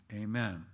Amen